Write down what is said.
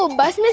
so bus. and